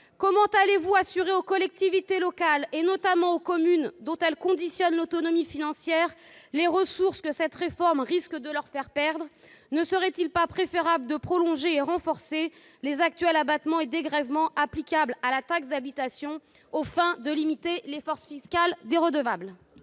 comment allez-vous assurer aux collectivités locales, et notamment aux communes, dont la taxe d'habitation conditionne l'autonomie financière, les ressources que cette réforme risque de leur faire perdre ? Ne serait-il pas préférable de prolonger et de renforcer les actuels abattements et dégrèvements applicables à la taxe d'habitation afin de limiter l'effort fiscal des redevables ?